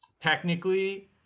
technically